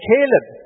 Caleb